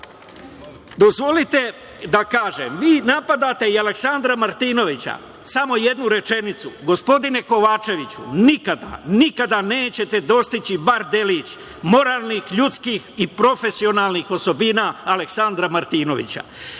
drugo? Dozvolite da kažem, vi napadate i Aleksandra Martinovića, samo jednu rečenicu. Gospodine Kovačeviću, nikada, nikada nećete dostići bar delić moralnih, ljudskih i profesionalnih osobina Aleksandra Martinovića. Aleksandar